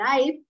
life